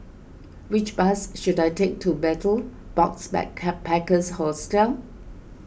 which bus should I take to Betel Box Backpackers Hostel